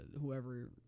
whoever